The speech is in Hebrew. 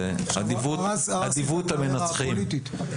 זה אדיבות המנצחים.